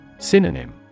Synonym